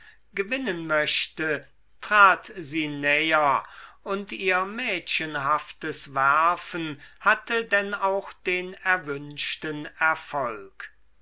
gewinnen möchte trat sie näher und ihr mädchenhaftes werfen hatte denn auch den erwünschten erfolg